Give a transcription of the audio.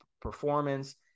performance